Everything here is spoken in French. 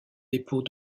dépôts